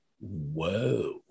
whoa